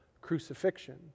crucifixion